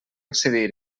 accedir